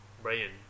Brian